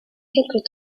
quelque